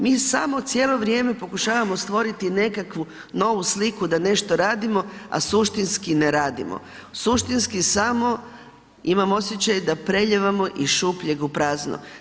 Mi samo cijelo vrijeme pokušavamo stvoriti nekakvu novu sliku da nešto radimo a suštinski ne radimo, suštinski samo imam osjećaj da prelijevamo iz šupljeg u prazno.